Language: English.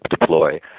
deploy